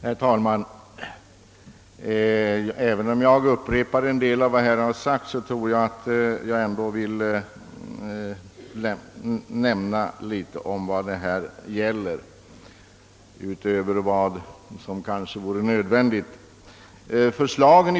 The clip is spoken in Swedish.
Herr talman! Även med risk för att upprepa en del av vad som redan anförts i denna debatt vill jag säga något om innebörden av det förslag som vi nu behandlar.